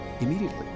immediately